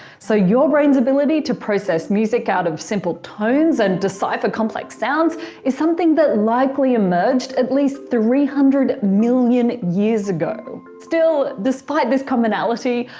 so your brain's ability to process music out of simple tones and decipher complex sounds is something that likely emerged at least three hundred million years ago. still, despite this commonality,